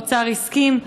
האוצר הסכים,